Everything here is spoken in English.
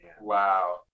wow